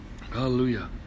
Hallelujah